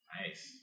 Nice